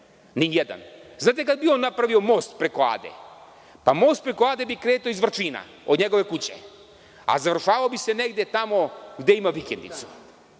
Nijedan. Da li znate kada bi on napravio most preko Ade? Pa, most preko Ade pri kretao iz Vrčina od njegove kuće, a završavao bi se negde tamo gde ima vikendicu.